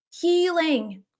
Healing